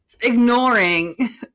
ignoring